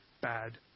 bad